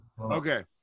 Okay